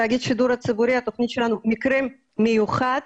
הציבורי, התוכנית שלנו "מקרה מיוחד"